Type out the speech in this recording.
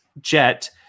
jet